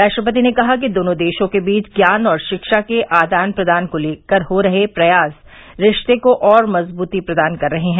राष्ट्रपति ने कहा कि दोनों देरों के बीच ज्ञान और रिक्षा के आदान प्रदान को लेकर हो रहे प्रयास रिस्ते को और मजबूती प्रदान कर रहे हैं